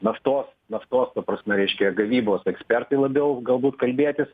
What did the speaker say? naftos naftos ta prasme reiškia gavybos ekspertai labiau galbūt kalbėtis